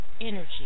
energy